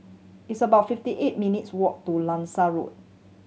it's about fifty eight minutes' walk to Langsat Road